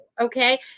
okay